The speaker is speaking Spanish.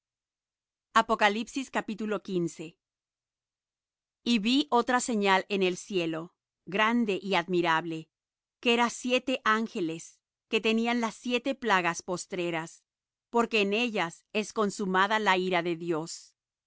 y seiscientos estadios y vi otra señal en el cielo grande y admirable que era siete ángeles que tenían las siete plagas postreras porque en ellas es consumada la ira de dios